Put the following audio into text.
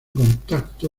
contacto